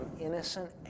innocent